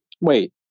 Wait